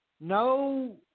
no